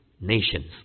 nations